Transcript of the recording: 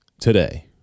today